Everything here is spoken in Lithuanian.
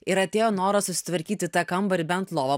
ir atėjo noras susitvarkyti tą kambarį bent lovą